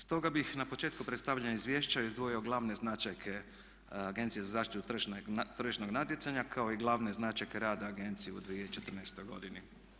Stoga bih na početku predstavljanja izvješća izdvojio glavne značajke Agencije za zaštitu tržišnog natjecanja kao i glavne značajke rada Agencije u 2014. godini.